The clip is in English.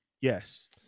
Yes